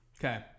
Okay